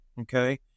okay